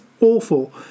awful